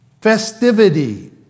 festivity